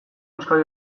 euskal